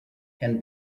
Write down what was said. can